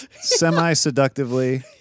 semi-seductively